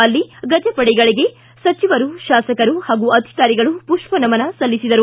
ಅಲ್ಲಿ ಗಜಪಡೆಗಳಿಗೆ ಸಚಿವರು ಶಾಸಕರು ಹಾಗೂ ಅಧಿಕಾರಿಗಳು ಪುಷ್ಷನಮನ ಸಲ್ಲಿಸಿದರು